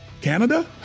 Canada